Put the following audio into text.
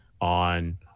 on